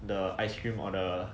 the ice cream or the